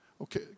okay